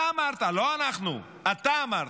אתה אמרת, לא אנחנו, אתה אמרת.